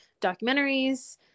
documentaries